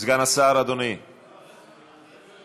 אדוני סגן